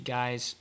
guys